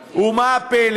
מיקי.